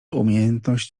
umiejętność